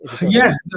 Yes